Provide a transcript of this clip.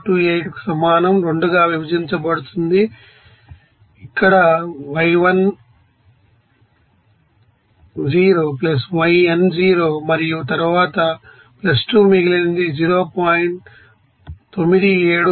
428 కు సమానం 2 గా విభజించబడింది ఇక్కడ y1 0 yn 0 మరియు తరువాత 2 మిగిలినది 0